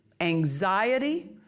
anxiety